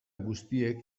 guztiek